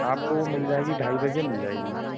आपको मिल जाएगी ढाई बजे मिल जाएगी मैम